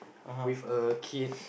with a kid